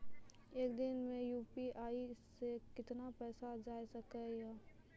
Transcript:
एक दिन मे यु.पी.आई से कितना पैसा जाय सके या?